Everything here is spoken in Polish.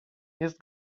jest